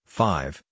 five